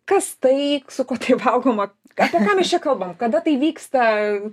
kas tai su kuo tai valgoma apie ką mes čia kalbam kada tai vyksta